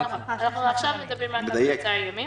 אנחנו מדברים עכשיו על מעצר ימים